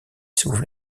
sauve